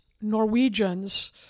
Norwegians